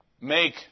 make